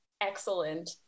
excellent